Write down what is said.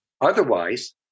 Otherwise